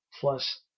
plus